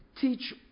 teach